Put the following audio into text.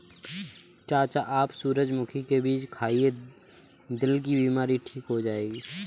चाचा आप सूरजमुखी के बीज खाइए, दिल की बीमारी ठीक हो जाएगी